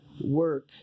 work